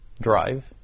drive